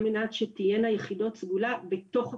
על מנת שתהיינה יחידות סגולה בתוך הקופות.